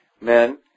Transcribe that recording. Men